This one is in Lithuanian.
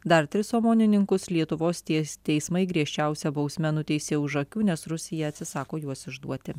dar tris omonininkus lietuvos ties teismai griežčiausia bausme nuteisė už akių nes rusija atsisako juos išduoti